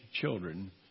children